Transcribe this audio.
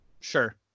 Sure